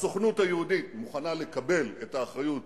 הסוכנות היהודית מוכנה לקבל את האחריות